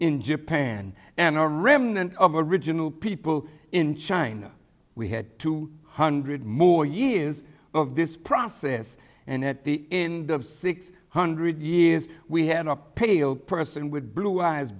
in japan and the remnant of original people in china we had two hundred more years of this process and at the end of six hundred years we had a pale person with blue eyes